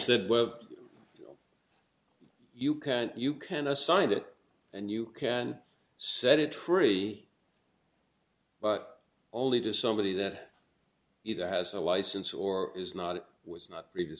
said well you can't you can assign it and you can set it free but only to somebody that either has a license or is not it was not read